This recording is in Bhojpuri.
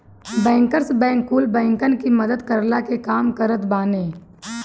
बैंकर्स बैंक कुल बैंकन की मदद करला के काम करत बाने